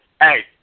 Hey